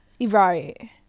Right